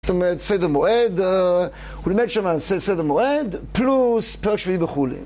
זאת אומרת, סדר מועד, הוא לימד שם סדר מועד, פלוס פרק שביעי וכולי.